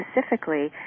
specifically